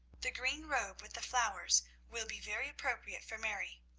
the green robe with the flowers will be very appropriate for mary.